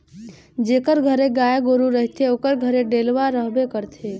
जेकर घरे गाय गरू रहथे ओकर घरे डेलवा रहबे करथे